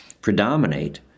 predominate